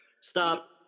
Stop